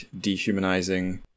dehumanizing